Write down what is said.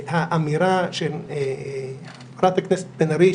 שהאמירה של חברת הכנסת בן ארי,